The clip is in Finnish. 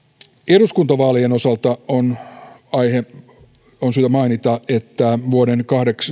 eduskuntavaalien osalta on syytä mainita että vuoden